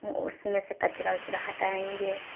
اس میں سے کچرا وچرا ہٹائیں گے